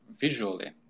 visually